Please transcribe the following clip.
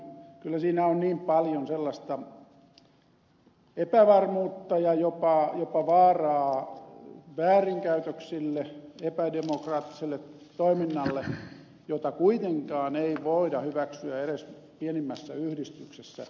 kyllä siinä on niin paljon sellaista epävarmuutta ja jopa vaaraa väärinkäytöksille epädemokraattiselle toiminnalle jota kuitenkaan ei voida hyväksyä edes pienimmässä yhdistyksessä